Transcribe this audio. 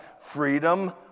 freedom